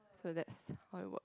so that's how it work